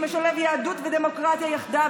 שמשלב יהדות ודמוקרטיה יחדיו,